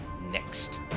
next